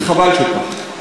וחבל שכך.